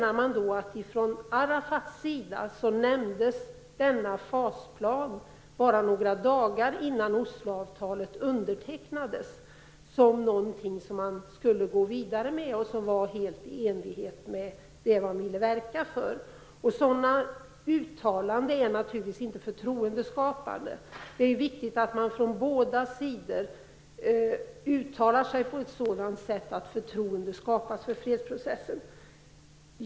Arafat nämnde denna fasplan bara några dagar innan Osloavtalet undertecknades, som någonting som man skulle gå vidare med och som var helt i enlighet med det man ville verka för. Sådana uttalanden är naturligtvis inte förtroendeskapande. Det är viktigt att båda sidor uttalar sig på ett sådant sätt att förtroende skapas för fredsprocessen.